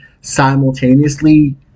simultaneously